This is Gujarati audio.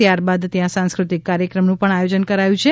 ત્યારબાદ ત્યાં સાંસ્કૃતિક કાર્યક્રમનું પણ આયોજન કરાયું છે